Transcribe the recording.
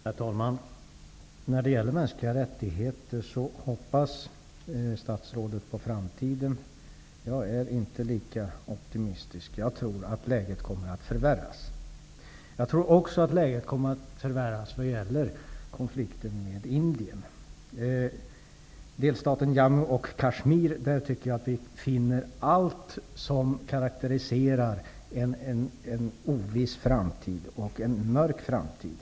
Herr talman! När det gäller mänskliga rättigheter hoppas statsrådet på framtiden. Jag är inte lika optimistisk. Jag tror att läget kommer att förvärras. Jag tror också att läget kommer att förvärras vad gäller konflikten med Indien. I delstaten Jammu och Kashmir finner vi allt som karakteriserar en oviss och mörk framtid.